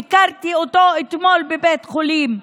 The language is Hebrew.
ביקרתי אותו אתמול בבית חולים,